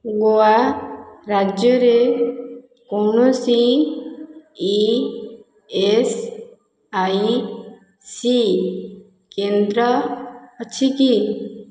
ଗୋଆ ରାଜ୍ୟରେ କୌଣସି E S I C କେନ୍ଦ୍ର ଅଛି କି